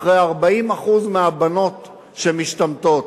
אחרי 40% מהבנות שמשתמטות?